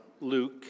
Luke